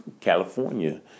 California